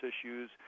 issues